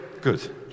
Good